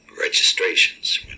registrations